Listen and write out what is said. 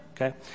Okay